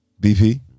BP